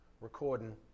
recording